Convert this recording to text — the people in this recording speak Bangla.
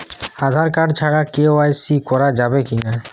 আঁধার কার্ড ছাড়া কে.ওয়াই.সি করা যাবে কি না?